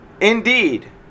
indeed